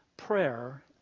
Prayer